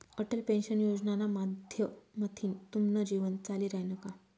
Atal pension योजनाना माध्यमथीन तुमनं जीवन चाली रायनं का?